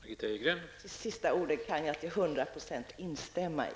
Herr talman! De sista orden kan jag till 100 % instämma i.